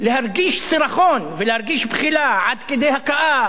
להרגיש סירחון ולהרגיש בחילה עד כדי הקאה,